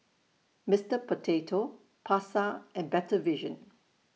Mister Potato Pasar and Better Vision